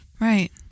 Right